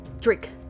Drink